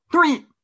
Three